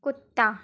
कुत्ता